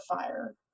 fire